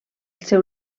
seu